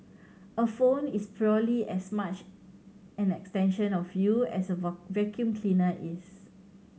a phone is purely as much an extension of you as a vacuum cleaner is